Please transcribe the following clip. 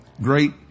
Great